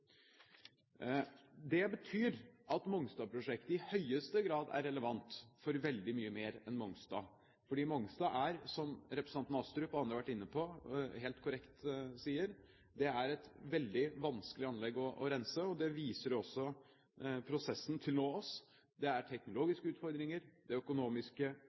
Det betyr at Mongstad-prosjektet i høyeste grad er relevant for veldig mye mer enn Mongstad, fordi Mongstad, som representanten Astrup og andre har vært inne på og helt korrekt sier, er et veldig vanskelig anlegg å rense. Det viser jo også prosessen til nå. Det er tekniske utfordringer. Det er økonomiske